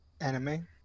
anime